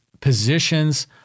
positions